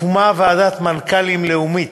הוקמה ועדת מנכ"לים לאומית,